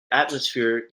atmosphere